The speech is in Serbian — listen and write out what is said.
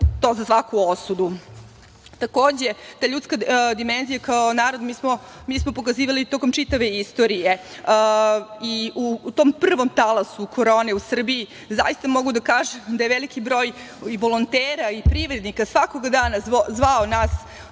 je za svaku osudu. Takođe, ta ljudska dimenzija, kao narod mi smo pokazivali tokom čitave istorije i u tom prvom talasu korone u Srbiji, zaista mogu da kažem da je veliki broj volontera i privrednika svakog dana zvao nas